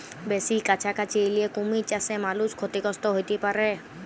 বেসি কাছাকাছি এলে কুমির চাসে মালুষ ক্ষতিগ্রস্ত হ্যতে পারে